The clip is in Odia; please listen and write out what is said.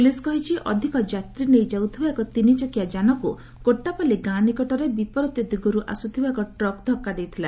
ପୁଲିସ୍ କହିଛି ଅଧିକ ଯାତ୍ରୀ ନେଇ ଯାଉଥିବା ଏହି ତିନିଚକିଆ ଯାନଟିକୁ କୋଟ୍ଟାପାଲି ଗାଁ ନିକଟରେ ବିପରୀତ ଦିଗରୁ ଆସୁଥିବା ଏକ ଟ୍ରକ୍ ଧକ୍କା ଦେଇଥିଲା